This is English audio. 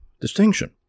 distinction